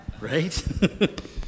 Right